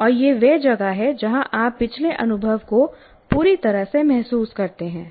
और यह वह जगह है जहां आप पिछले अनुभव को पूरी तरह से महसूस करते हैं